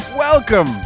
Welcome